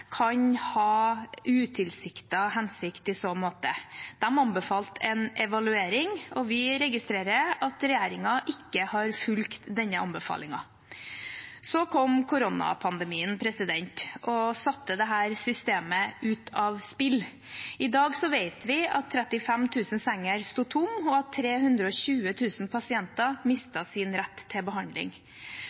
kan ha utilsiktede konsekvenser i så måte. De anbefalte en evaluering, og vi registrerer at regjeringen ikke har fulgt denne anbefalingen. Så kom koronapandemien og satte dette systemet ut av spill. I dag vet vi at 35 000 senger står tomme, og at 320 000 pasienter mistet sin rett til behandling.